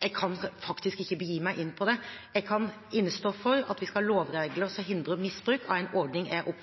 Jeg kan faktisk ikke begi meg inn på det. Jeg kan innestå for at vi skal ha lovregler som hindrer misbruk av en ordning jeg